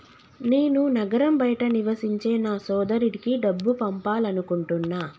నేను నగరం బయట నివసించే నా సోదరుడికి డబ్బు పంపాలనుకుంటున్నా